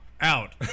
out